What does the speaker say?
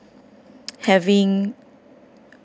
having